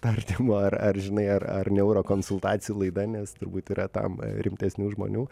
tardymu ar ar žinai ar ar neurokonsultacijų laida nes turbūt yra tam rimtesnių žmonių